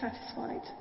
satisfied